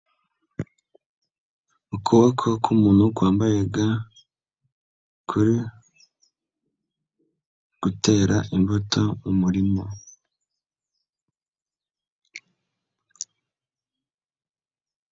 Ukuboko k'umuntu kwambaye ga, kuri, gutera imbuto mu murima.